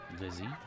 Lizzie